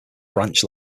branch